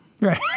Right